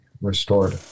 restored